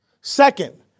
Second